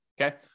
okay